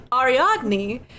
Ariadne